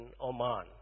Oman